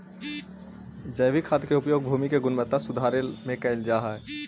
जैविक खाद के उपयोग भूमि के गुणवत्ता सुधारे में कैल जा हई